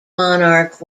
monarch